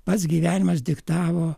pats gyvenimas diktavo